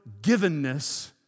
givenness